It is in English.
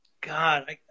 God